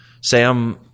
Sam